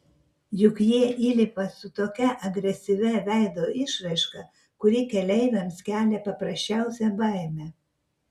juk jie įlipa su tokia agresyvia veido išraiška kuri keleiviams kelia paprasčiausią baimę